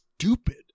stupid